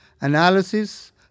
analysis